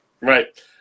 Right